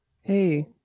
Hey